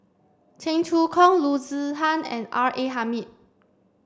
Cheong Choong Kong Loo Zihan and R A Hamid